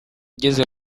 ugeze